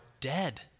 dead